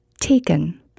taken